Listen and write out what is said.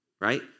Right